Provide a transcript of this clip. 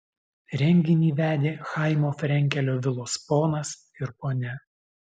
renginį vedė chaimo frenkelio vilos ponas ir ponia